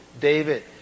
David